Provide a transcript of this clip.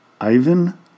Ivan